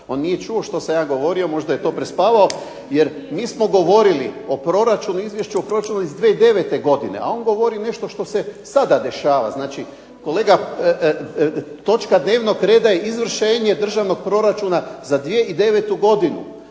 on nije čuo što sam ja govorio možda je to prespavao, jer mi smo govorili o proračunu izvješću iz 2009. godine, a on govori nešto što se sada dešava. Kolega točka dnevnog reda je izvršenje državnog proračuna za 2009. godinu,